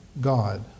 God